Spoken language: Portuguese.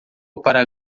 para